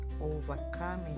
overcoming